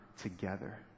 together